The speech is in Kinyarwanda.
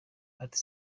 ati